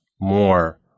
more